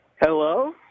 Hello